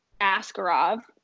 Askarov